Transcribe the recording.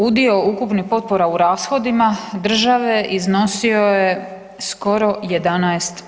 Udio ukupnih potpora u rashodima države iznosio je skoro 11%